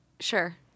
Sure